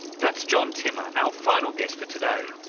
that's john timmer, our final guest for today,